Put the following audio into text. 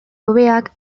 hobeak